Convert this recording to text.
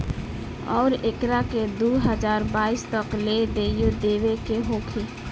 अउरु एकरा के दू हज़ार बाईस तक ले देइयो देवे के होखी